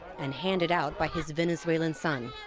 and handed out by his venezuelan son.